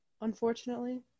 unfortunately